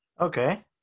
Okay